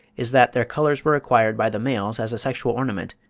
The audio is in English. is that their colours were acquired by the males as a sexual ornament,